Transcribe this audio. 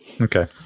Okay